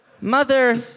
Mother